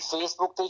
Facebook